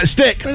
Stick